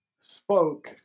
spoke